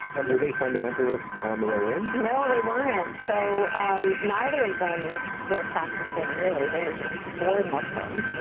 and were they fundamentalists on the way in? no, they weren't. so um neither of them were practicing, really. they were just born muslim,